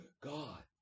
God